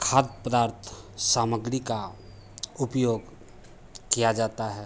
खाद्य पदार्थ सामग्री का उपयोग किया जाता है